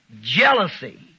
jealousy